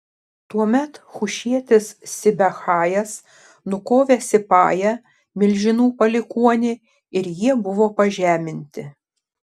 tuomet hušietis sibechajas nukovė sipają milžinų palikuonį ir jie buvo pažeminti